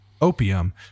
opium